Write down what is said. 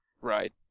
Right